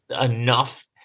enough